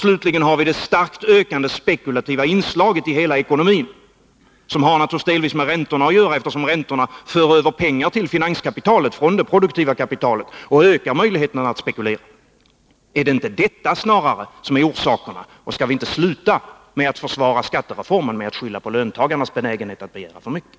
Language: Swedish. Slutligen har vi det starkt ökande spekulativa inslaget i hela ekonomin, som naturligtvis delvis har med räntorna att göra, eftersom räntorna för över pengar till finanskapitalet från det produktiva kapitalet och ökar möjligheterna att spekulera. Är det inte snarare dessa förhållanden som orsakar inflationen, och skall vi inte sluta försvara skattereformen med att skylla på löntagarnas benägenhet att begära för mycket?